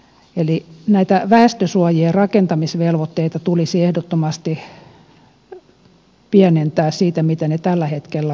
eli näitä väestösuojien rakentamisvelvoitteita tulisi ehdottomasti pienentää siitä mitä ne tällä hetkellä ovat